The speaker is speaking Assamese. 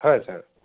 হয় ছাৰ